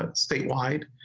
ah statewide.